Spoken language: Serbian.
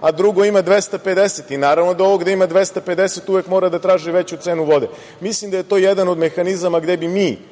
a drugo ima 250. Naravno, da ovo gde ima 250 uvek mora da traži veću cenu vode. Mislim da je to jedan od mehanizama gde bi mi